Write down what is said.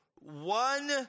one